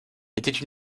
étaient